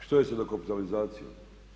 Što je sa dokapitalizacijom?